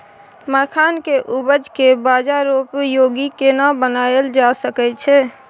मखान के उपज के बाजारोपयोगी केना बनायल जा सकै छै?